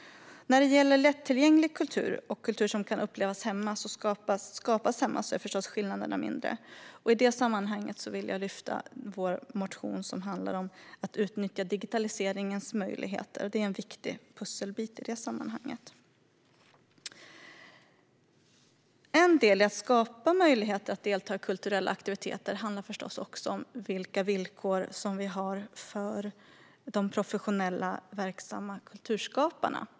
När det gäller lättillgänglig kultur och kultur som kan upplevas och skapas hemma är skillnaderna förstås mindre. I detta sammanhang vill jag lyfta fram vår motion som handlar om att utnyttja digitaliseringens möjligheter. Det är en viktig pusselbit i detta sammanhang. En del i att skapa möjligheter att delta i kulturella aktiviteter handlar förstås också om vilka villkor som vi har för de professionellt verksamma kulturskaparna.